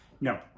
No